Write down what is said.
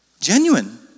Genuine